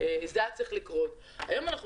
היום אנו